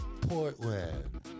Portland